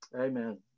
Amen